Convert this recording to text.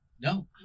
No